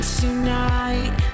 tonight